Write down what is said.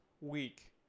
week